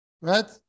Right